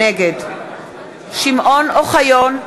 נגד שמעון אוחיון,